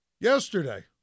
Yesterday